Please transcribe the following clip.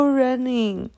running